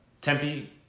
Tempe